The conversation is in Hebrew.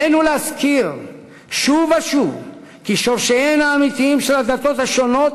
עלינו להזכיר שוב ושוב כי שורשיהן האמיתיים של הדתות השונות